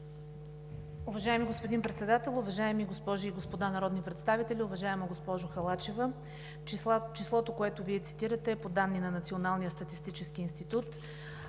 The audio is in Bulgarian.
Уважаеми господин Председател, уважаеми госпожи и господа народни представители! Уважаема госпожо Халачева, числото, което Вие цитирате, е по данни на Националния статистически институт,